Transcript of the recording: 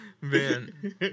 Man